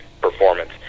performance